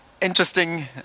interesting